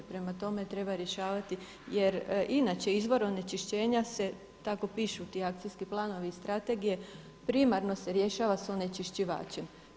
Prema tome, treba rješavati jer inače izvor onečišćenja se, tako pišu ti akcijski planovi i strategije, primarno se rješava sa onečišćivačem.